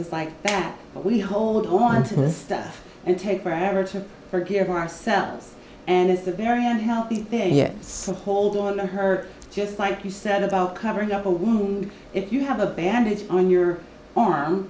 us like that but we hold on to this stuff and take forever to forgive ourselves and it's a very unhealthy yet some hold on our hurt just like you said about covering up a wound if you have a bandage on your arm